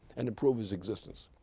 and improve his existence.